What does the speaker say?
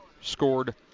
scored